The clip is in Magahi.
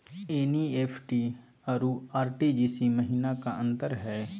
एन.ई.एफ.टी अरु आर.टी.जी.एस महिना का अंतर हई?